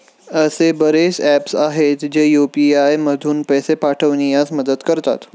असे बरेच ऍप्स आहेत, जे यू.पी.आय मधून पैसे पाठविण्यास मदत करतात